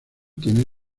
tienen